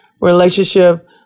relationship